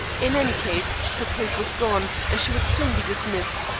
in any case, her place was gone, and she would soon be dismissed,